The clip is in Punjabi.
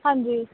ਹਾਂਜੀ